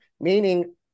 meaning